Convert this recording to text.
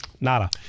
Nada